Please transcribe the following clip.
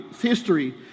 history